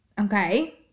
okay